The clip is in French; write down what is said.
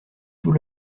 tout